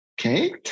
okay